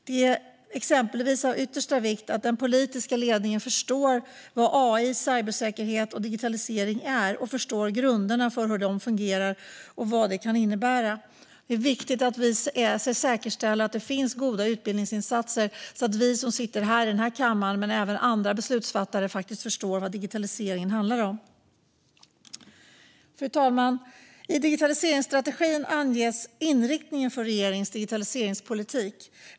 Det är exempelvis av yttersta vikt att den politiska ledningen förstår vad AI, cybersäkerhet och digitalisering är och förstår grunderna för hur det fungerar och vad det kan innebära. Det är viktigt att vi säkerställer att det finns goda utbildningsinsatser så att vi som sitter i den här kammaren men även andra beslutsfattare faktiskt förstår vad digitaliseringen handlar om. Fru talman! I digitaliseringsstrategin anges inriktningen för regeringens digitaliseringspolitik.